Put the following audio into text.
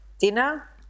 Dinner